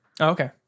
Okay